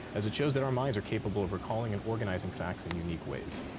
as it shows that our minds are capable of recalling and organizing facts in unique ways.